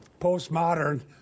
postmodern